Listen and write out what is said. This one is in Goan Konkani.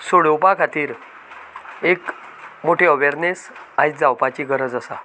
सोडोवपा खातीर एक मोठी अवेरनेस आयज जावपाची गरज आसा